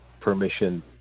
permission